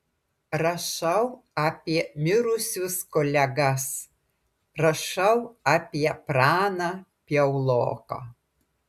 rašau apie mirusius kolegas rašau apie praną piauloką